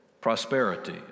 prosperity